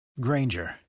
granger